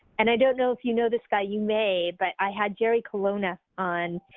and i don't know if you know this guy. you may, but i had jerry colonna on,